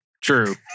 True